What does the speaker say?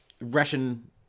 Russian